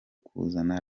kuzana